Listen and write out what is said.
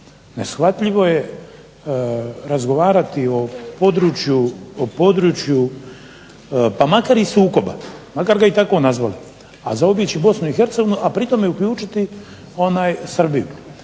Neshvatljivo je razgovarati o području pa makar i sukoba, makar ga i tako nazvali, a zaobići BiH a pri tome uključiti Srbiju.